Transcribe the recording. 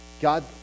God